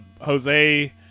Jose